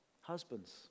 Husbands